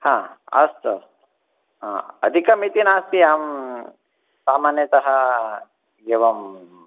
हा अस्तु अस्तु हा अधिकमिति नास्तु अहं सामान्यतः एवम्